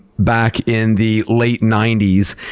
back in the late nineties,